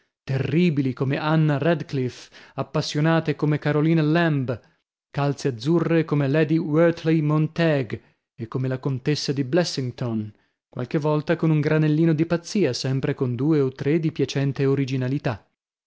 terribili come anna radcliffe appassionate come carolina lamb calze azzurre come lady wortley montaigue e come la contessa di blessington qualche volta con un granellino di pazzia sempre con due o tre di piacente originalità